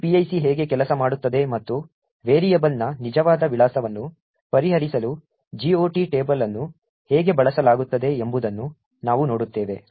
ಆದ್ದರಿಂದ ಈ PIC ಹೇಗೆ ಕೆಲಸ ಮಾಡುತ್ತದೆ ಮತ್ತು ವೇರಿಯೇಬಲ್ನ ನಿಜವಾದ ವಿಳಾಸವನ್ನು ಪರಿಹರಿಸಲು GOT ಟೇಬಲ್ ಅನ್ನು ಹೇಗೆ ಬಳಸಲಾಗುತ್ತದೆ ಎಂಬುದನ್ನು ನಾವು ನೋಡುತ್ತೇವೆ